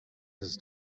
his